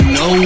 no